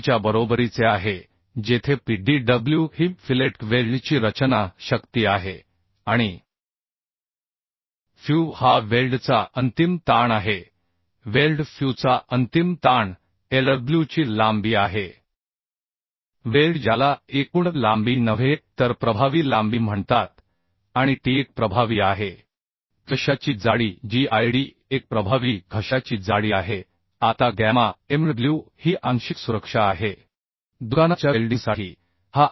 च्या बरोबरीचे आहे जेथे Pdw ही फिलेट वेल्डची रचना शक्ती आहे आणि fu हा वेल्डचा अंतिम ताण आहे वेल्ड फ्युचा अंतिम ताण Lw ची लांबी आहे वेल्ड ज्याला एकूण लांबी नव्हे तर प्रभावी लांबी म्हणतात आणि टी एक प्रभावी आहे घशाची जाडी जी 800प्रभावी घशाची जाडी आहे आता गॅमा एमडब्ल्यू ही आंशिक सुरक्षा आहे दुकानाच्या वेल्डिंगसाठी हा1